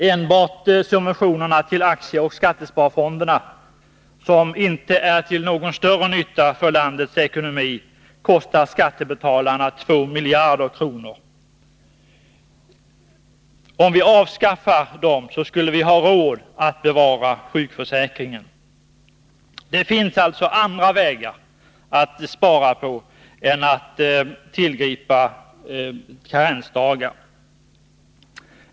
Enbart subventionerna till aktieoch skattesparfonderna, som inte är till någon större nytta för landets ekonomi, kostar skattebetalarna 2 miljarder kronor. Om vi avskaffade dem skulle vi ha råd att bevara sjukförsäkringen. Det finns alltså andra vägar att spara på än att tillgripa karensdagar.